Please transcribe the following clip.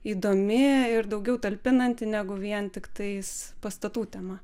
įdomi ir daugiau talpinanti negu vien tiktais pastatų tema